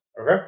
Okay